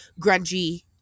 grungy